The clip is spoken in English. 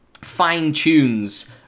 fine-tunes